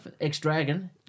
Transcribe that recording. ex-Dragon